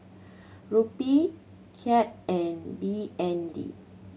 Rupee Kyat and B N D